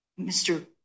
Mr